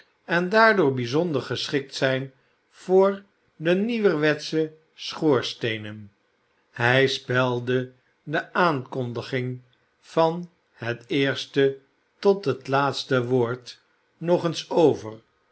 en daardoor bijzonder geschikt zijn voor de nieuwerwetsche schoorsteenen hij spelde de aankondiging van het eerste tot het laatste woord nog eens over